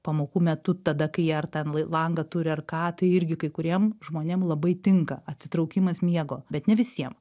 pamokų metu tada kai jie ar ten l langą turi ar ką tai irgi kai kuriem žmonėm labai tinka atsitraukimas miego bet ne visiem